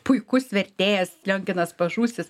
puikus vertėjas lionginas pažūsis